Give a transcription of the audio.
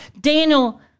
Daniel